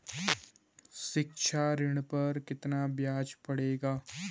शिक्षा ऋण पर कितना ब्याज पड़ेगा?